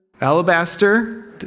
alabaster